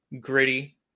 gritty